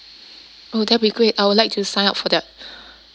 oh that'll be great I would like to sign up for that